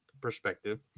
perspective